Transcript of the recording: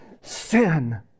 sin